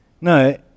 No